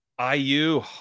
IU